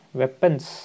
weapons